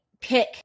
pick